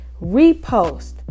Repost